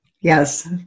Yes